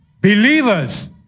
believers